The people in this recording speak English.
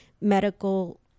medical